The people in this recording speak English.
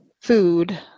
food